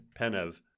Penev